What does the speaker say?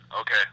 Okay